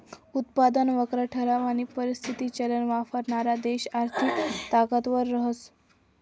उत्पन्न वक्र ठरावानी परिस्थिती चलन वापरणारा देश आर्थिक ताकदवर रहास